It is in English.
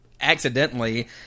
accidentally